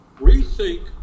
rethink